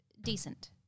decent